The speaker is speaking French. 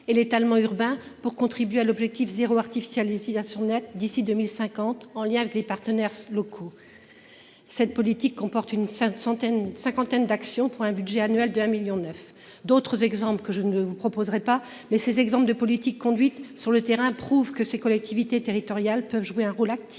et l'étalement urbain, pour contribuer à l'objectif zéro artificialisation nette d'ici 2050 en lien avec les partenaires locaux. Cette politique comporte une centaine. Une cinquantaine d'actions pour un budget annuel de un million neuf d'autres exemples que je ne vous proposerai pas. Mais ces exemples de politique conduite sur le terrain prouve que ces collectivités territoriales peuvent jouer un rôle actif